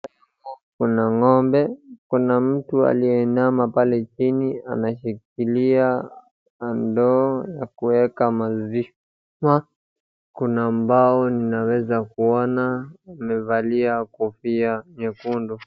Hapa kuna ng'ombe, kuna mtu aliyeinama pale chini anashikilia ndoo ya kuweka maziwa. Kuna mbao ninaweza kuona na amevalia kofia nyekundu.